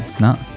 No